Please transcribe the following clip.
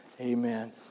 Amen